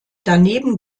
daneben